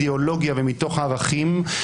יריב פוליטי ומנסים לסכל אותו באמצעים משפטיים.